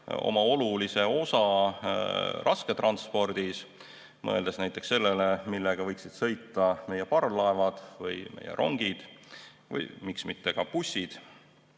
oma olulise osa rasketranspordis – mõeldes sellele, millega võiksid sõita meie parvlaevad või rongid või miks mitte ka bussid